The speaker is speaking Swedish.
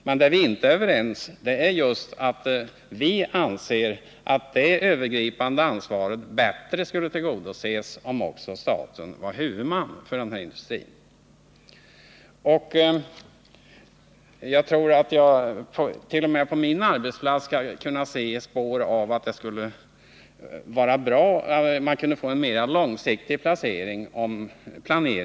Men vi anser att det övergripande ansvaret bäst kommer till sin rätt om staten också är huvudman för den här 49 industrin. Vore det verkligen på det sättet tror jag att man också på min arbetsplats kunde få en mera långsiktig planering.